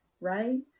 right